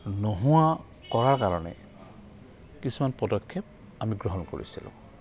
নোহোৱা কৰাৰ কাৰণে কিছুমান পদক্ষেপ আমি গ্ৰহণ কৰিছিলোঁ